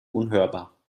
unhörbar